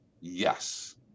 yes